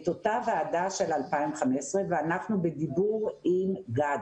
אותה ועדה של 2015 ואנחנו בדיבור עם גדי.